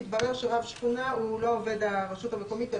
התברר שרב שכונה הוא לא עובד הרשות המקומית.